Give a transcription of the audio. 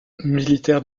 militaire